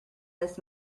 this